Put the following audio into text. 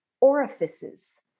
orifices